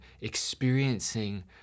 experiencing